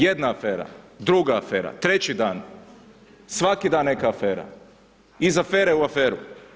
Jedna afera, druga afera, treći dan svaki dan neka afera, iz afere u aferu.